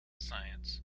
science